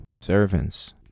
servants